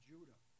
Judah